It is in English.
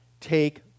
Take